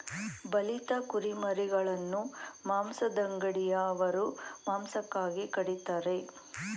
ಬಲಿತ ಕುರಿಮರಿಗಳನ್ನು ಮಾಂಸದಂಗಡಿಯವರು ಮಾಂಸಕ್ಕಾಗಿ ಕಡಿತರೆ